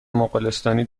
مغولستانی